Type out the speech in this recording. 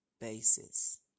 basis